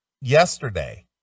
Yesterday